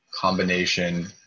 combination